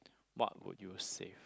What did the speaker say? what would you save